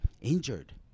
injured